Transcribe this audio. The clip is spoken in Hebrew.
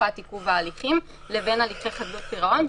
בתקופת עיכוב ההליכים לבין הליכי חדלות פירעון,